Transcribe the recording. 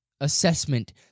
assessment